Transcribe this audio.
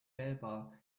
wählbar